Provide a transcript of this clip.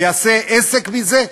ויעשה עסק מזה,